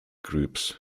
groups